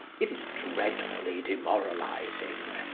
it is dreadfully demoralising.